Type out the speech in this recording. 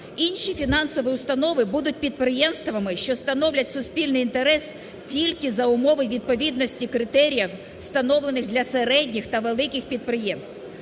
інші фінансові установи будуть підприємствами, що становлять суспільний інтерес тільки за умови відповідності критеріїв, встановлених для середніх та великих підприємств.